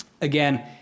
Again